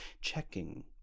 checking